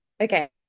okay